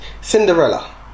Cinderella